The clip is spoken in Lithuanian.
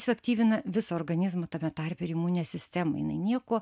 jis aktyvina visą organizmą tame tarpe ir imuninę sistemą jinai nieko